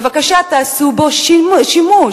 בבקשה, תעשו בו שימוש.